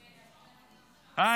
בושה.